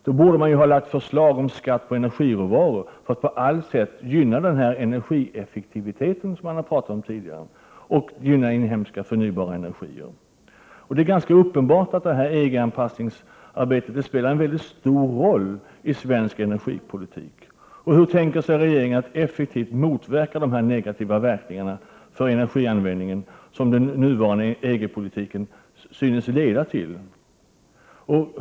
Då borde man ha lagt fram förslag om skatt på energiråvaror, för att på allt sätt gynna den energieffektivitet som man har pratat om tidigare och inhemska förnybara energier. Det är ganska uppenbart att EG-anpassningsarbetet spelar en stor roll i svensk energipolitik. Hur tänker regeringen effektivt motverka de negativa verkningar på energianvändningen som den nuvarande EG-politiken synes leda till?